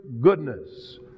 goodness